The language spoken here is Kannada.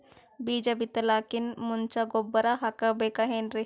ಬೀಜ ಬಿತಲಾಕಿನ್ ಮುಂಚ ಗೊಬ್ಬರ ಹಾಕಬೇಕ್ ಏನ್ರೀ?